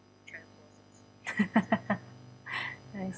I see